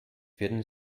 würden